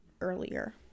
earlier